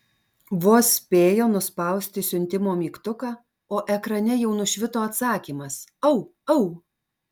vos spėjo nuspausti siuntimo mygtuką o ekrane jau nušvito atsakymas au au